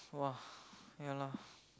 !wah! yeah lah